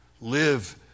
Live